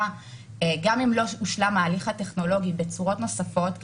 גם אם לא הושלם ההליך הטכנולוגי אז בצורות נוספות,